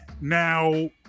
now